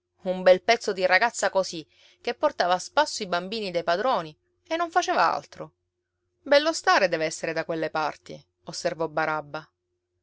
un bel pezzo di ragazza così che portava a spasso i bambini dei padroni e non faceva altro bello stare deve essere da quelle parti osservò barabba